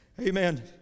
Amen